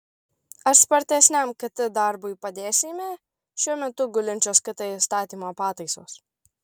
ar spartesniam kt darbui padės seime šiuo metu gulinčios kt įstatymo pataisos